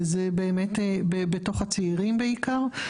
בעיקר בתוך הצעירים.